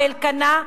באלקנה,